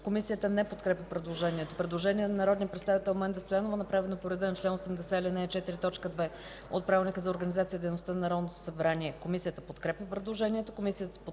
Комисията не подкрепя предложението. Предложение на народния представител Менда Стоянова, направено по реда на чл. 80, ал. 4, т. 2 от Правилника за организацията и дейността на Народното събрание. Комисията подкрепя предложението.